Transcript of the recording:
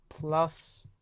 Plus